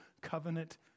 covenant